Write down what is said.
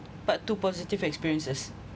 part two positive experiences